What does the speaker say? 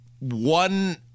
one